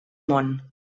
món